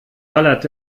ballert